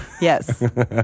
Yes